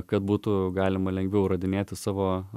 kad būtų galima lengviau įrodinėti savo